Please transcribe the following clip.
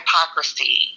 hypocrisy